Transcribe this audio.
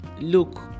look